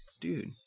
Dude